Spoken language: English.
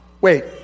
Wait